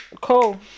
cool